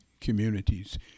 communities